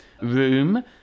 room